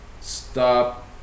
Stop